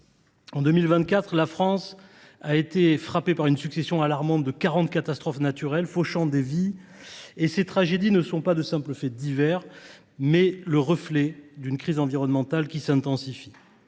En 2024, la France a été frappée par une succession alarmante de quarante catastrophes naturelles fauchant des vies. Ces tragédies sont non pas de simples faits divers, mais le reflet d’une crise environnementale qui s’intensifie.